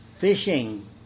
fishing